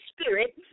Spirit